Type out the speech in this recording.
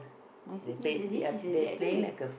my s~ this is this is a I think it